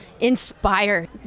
inspire